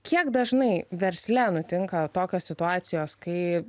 kiek dažnai versle nutinka tokios situacijos kai